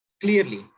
clearly